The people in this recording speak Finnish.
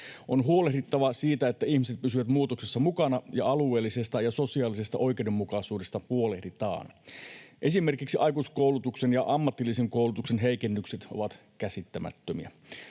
On huolehdittava siitä, että ihmiset pysyvät muutoksessa mukana ja alueellisesta ja sosiaalisesta oikeudenmukaisuudesta huolehditaan. Esimerkiksi aikuiskoulutuksen ja ammatillisen koulutuksen heikennykset ovat käsittämättömiä.